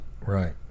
Right